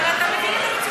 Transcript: אתה מבין את המצוקה?